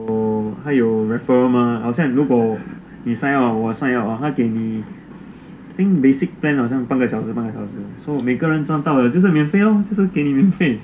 因为有他有 referral 嘛好像如果你 sign up 我 sign up 他给你 pink basic plan 好像半个小时半个小时 so 每个人赚到了就是免费 lor 就是给你免费